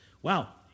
wow